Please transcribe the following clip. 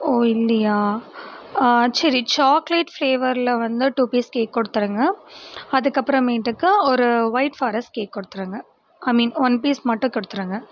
ஓ இல்லையா சரி சாக்லேட் ஃப்ளேவர்ல வந்து டூ பீஸ் கேக் கொடுத்துருங்க அதுக்கப்புறமேட்டுக்கு ஒரு ஒய்ட் ஃபாரஸ்ட் கேக் கொடுத்துருங்க ஐ மீன் ஒன் பீஸ் மட்டும் கொடுத்துருங்க